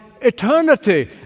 eternity